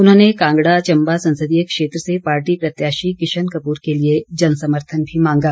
उन्होंने कांगड़ा चंबा संसदीय क्षेत्र से पार्टी प्रत्याशी किशन कपूर के लिए जनसमर्थन भी मांगा